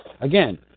again